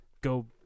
go